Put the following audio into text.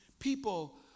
People